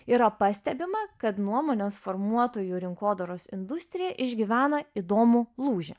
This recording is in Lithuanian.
yra pastebima kad nuomonės formuotojų rinkodaros industrija išgyvena įdomų lūžį